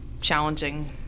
challenging